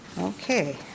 Okay